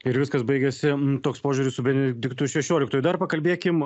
ir viskas baigiasi toks požiūris su benediktu šešioliktuoju dar pakalbėkim